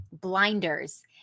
blinders